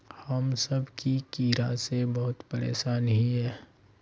हम सब की कीड़ा से बहुत परेशान हिये?